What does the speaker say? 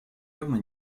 явно